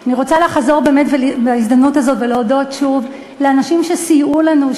אני רוצה לחזור באמת בהזדמנות הזו ולהודות שוב לאנשים שסייעו לנו,